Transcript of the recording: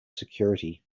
security